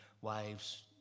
wives